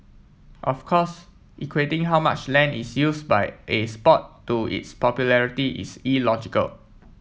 of course equating how much land is used by a sport to its popularity is illogical